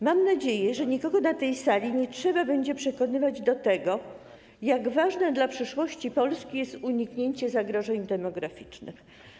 Mam nadzieję, że nikogo na tej sali nie trzeba będzie przekonywać do tego, jak ważne dla przyszłości Polski jest uniknięcie zagrożeń demograficznych.